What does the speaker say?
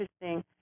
interesting